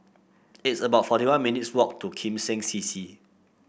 it's about forty one minutes' walk to Kim Seng C C